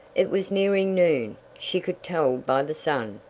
it was nearing noon, she could tell by the sun,